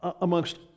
amongst